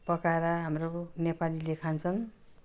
पकाएर हाम्रो नेपालीले खान्छन्